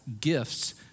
gifts